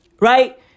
right